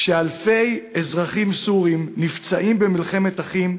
כשאלפי אזרחים סורים נפצעים במלחמת אחים,